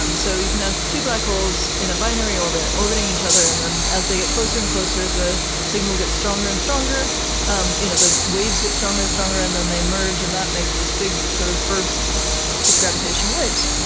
um so you can have two black holes in a binary orbit, orbiting each other, and then as they get closer and closer, the signal gets stronger and stronger um you know the waves get stronger and stronger. then they merge, and that makes this big, sort of, burst of gravitational waves.